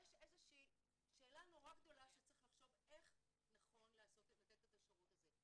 יש איזה שהיא שאלה נורא גדולה שצריך לחשוב איך נכון לתת את השירות הזה,